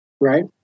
right